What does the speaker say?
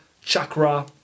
chakra